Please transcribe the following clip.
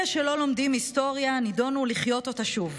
אלה שלא לומדים היסטוריה נידונו לחיות אותה שוב.